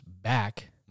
back